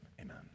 amen